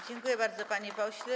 Dziękuję bardzo, panie pośle.